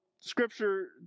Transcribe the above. Scripture